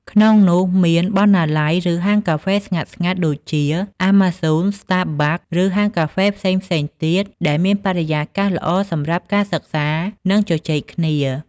ក្នុងនោះមាន បណ្ណាល័យ ឬហាងកាហ្វេស្ងាត់ៗ ដូចជា Amazon, Starbucks ឬហាងកាហ្វេផ្សេងៗទៀតដែលមានបរិយាកាសល្អសម្រាប់ការសិក្សា និងជជែកគ្នា។